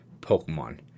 Pokemon